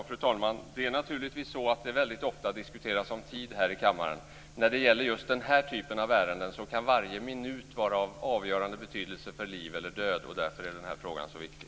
Fru talman! Det är väldigt ofta som det diskuteras om tid här i kammaren. När det gäller just den här typen av ärenden kan varje minut vara av avgörande betydelse för liv eller död. Därför är den här frågan så viktig.